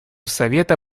совета